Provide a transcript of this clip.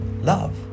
love